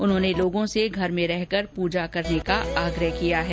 उन्होंने लोगों से घर में रहकर पूजा करने का आग्रह किया है